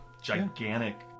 Gigantic